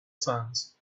sands